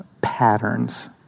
patterns